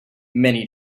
many